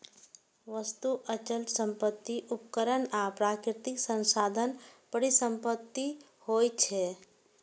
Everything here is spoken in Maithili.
वस्तु, अचल संपत्ति, उपकरण आ प्राकृतिक संसाधन परिसंपत्ति होइ छै